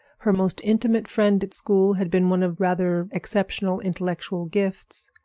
her most intimate friend at school had been one of rather exceptional intellectual gifts,